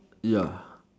ya